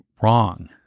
wrong